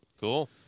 Cool